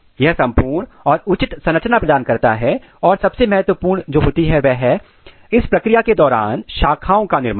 यह संपूर्ण और उचित संरचना प्रदान करता है और सबसे महत्वपूर्ण जो होती है वह है इस प्रक्रिया के दौरान शाखाओं का निर्माण